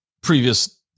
previous